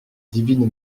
divine